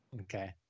Okay